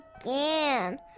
again